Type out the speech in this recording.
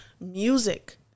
music